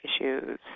issues